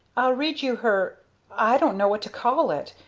i'll read you her i don't know what to call it.